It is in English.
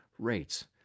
rates